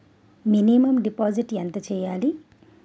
Minimum deposit ఎంత చెయ్యాలి?